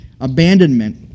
abandonment